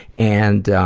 and